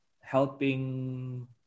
helping